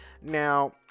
now